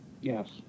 Yes